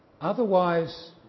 Otherwise